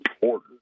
order